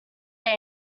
they